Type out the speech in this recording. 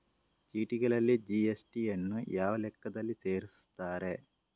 ಚೀಟಿಗಳಲ್ಲಿ ಜಿ.ಎಸ್.ಟಿ ಯನ್ನು ಯಾವ ಲೆಕ್ಕದಲ್ಲಿ ಸೇರಿಸುತ್ತಾರೆ?